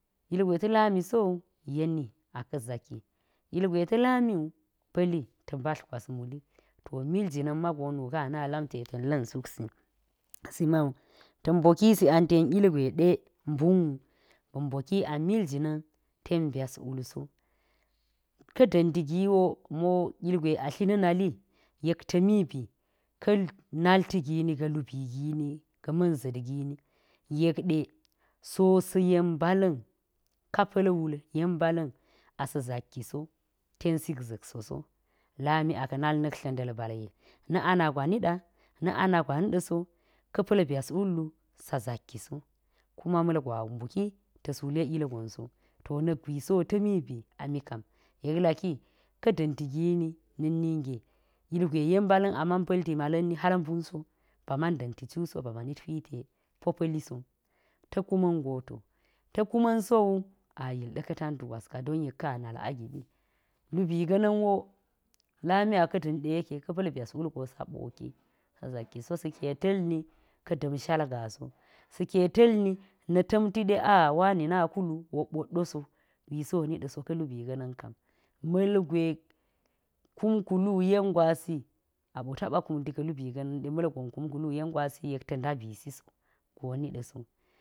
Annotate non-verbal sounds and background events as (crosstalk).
Ilgwe ta̱ lami so wu. yeni a ka̱ zaki, ilgwe ta̱ lami wu, pa̱li ta̱ mbadl gwas muli. to mil jii na̱a̱n mago nu kan a na lamte ta̱n la̱n suk si, sii ma wu, ta̱n mboki si ang ten ilgwe ɗe mbun wu. ba̱a̱n mboki ang mil jii ten byas wul so, ka̱ da̱mti ga̱na̱n wo, ami wo a dli na̱ nali yek ta̱mi bi ka̱ nalti gini ga̱ luubi gini, ga̱ ma̱n za̱t gini. yek ɗe si wo sa̱n yen mbala̱n ka pa̱l wul yen mbala̱n a sa̱a̱ zakki so, tenɗe isk za̱k so so, lami a ka̱ nal na̱k tla̱nda̱l balye na̱ ana gwa niɗa, na̱ ana gwa niɗa̱ so, (unintelligible) saa zakki so, kuma ma̱lgon mbuki tas wule ilgon so, to na̱k gwisi wo ta̱mi bi ami kam., yek laki ka̱ da̱mti gini na̱k ninge, ilgwe yen mbala̱n a man pa̱lti mala̱n ni hal mbun so. ba man da̱nti cu so ba manit hwiti, po pa̱li so, ta̱ kuma̱n go to, ta̱ kuman so wu a yil ɗa̱ka̱ tantu gwas ka don yek ka̱n a nal a giɓi, luubi ga̱na̱n wo lami aka̱ da̱nɗe yeke, ka̱ pa̱l byas wul go saa ɓoki saa zak ki so, sa̱ keta̱lni ka̱ da̱mshal gaa so, sa̱a̱ keta̱lni na̱ ta̱mti ɗe a wani na kulu wok ɓot nɗo so, gwisi wo niɗi so ka̱ luubi ga̱na̱n kam. ma̱lgwe kum kulu ga̱ yen gwasi, aɓo taɓa kumti ka̱ luubi ga̱na̱n ɗe ma̱lgon kum kulu yen gwasi yek nda̱ bisi so. go niɗa̱ so.